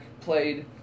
played